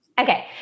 okay